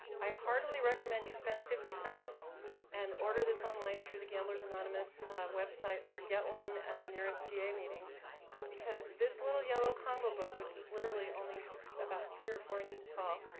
i heartily recommend you spend fifty cents and order this online through the gamblers anonymous website or get one at the nearest ga meeting because this little yellow combo book, which is literally only about three or four inches tall,